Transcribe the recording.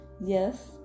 Yes